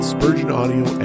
SpurgeonAudio